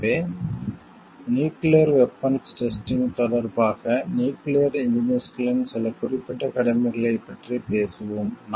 எனவே nuclear weapons testing தொடர்பாக nuclear இன்ஜினியர்ஸ்களின் சில குறிப்பிட்ட கடமைகளைப் பற்றி பேசுவோம்